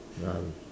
um